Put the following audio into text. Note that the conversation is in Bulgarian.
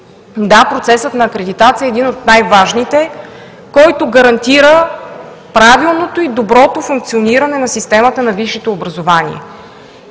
Да, процесът на акредитация е един от най-важните, който гарантира правилното и доброто функциониране на системата на висшето образование.